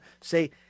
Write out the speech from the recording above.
say